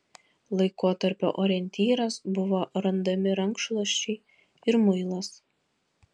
laikotarpio orientyras buvo randami rankšluosčiai ir muilas